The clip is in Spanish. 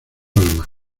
osma